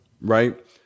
right